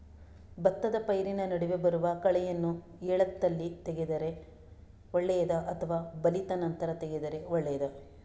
ಭತ್ತದ ಪೈರಿನ ನಡುವೆ ಬರುವ ಕಳೆಯನ್ನು ಎಳತ್ತಲ್ಲಿ ತೆಗೆದರೆ ಒಳ್ಳೆಯದಾ ಅಥವಾ ಬಲಿತ ನಂತರ ತೆಗೆದರೆ ಒಳ್ಳೆಯದಾ?